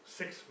six